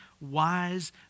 wise